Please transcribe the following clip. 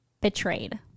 betrayed